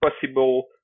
possible